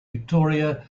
victoria